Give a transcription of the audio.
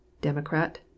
democrat